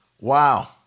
Wow